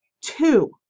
Two